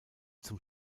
zum